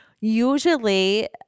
usually